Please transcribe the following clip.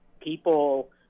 people